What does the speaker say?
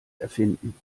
erfinden